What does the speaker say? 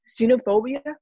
xenophobia